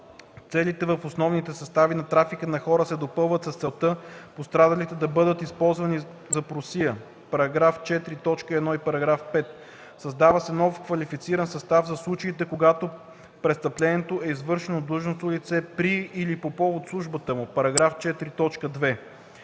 целите в основните състави на трафика на хора се допълват с целта пострадалите да бъдат използвани за просия (§ 4, т. 1 и § 5); - създава се нов квалифициран състав за случаите, когато престъплението е извършено от длъжностно лице при или по повод службата му